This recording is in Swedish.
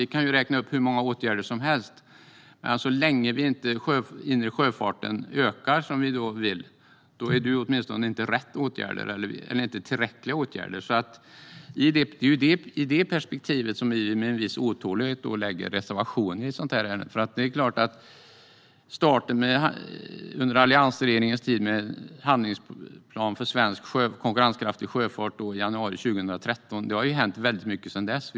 Vi kan räkna upp hur många åtgärder som helst, men så länge den inre sjöfarten inte ökar, vilket vi vill, är det inte rätt åtgärder eller tillräckliga åtgärder. Det är i detta perspektiv som vi med en viss otålighet har reservationer i detta ärende. Det startade under alliansregeringens tid, i januari 2013, med handlingsplanen för förbättrad svensk konkurrenskraft inom svensk sjöfartsnäring. Väldigt mycket har hänt sedan dess.